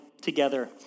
together